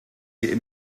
die